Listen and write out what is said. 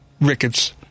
Ricketts